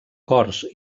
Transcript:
cors